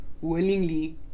willingly